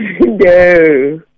No